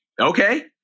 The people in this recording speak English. Okay